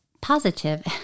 positive